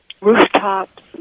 rooftops